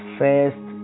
first